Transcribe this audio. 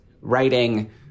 writing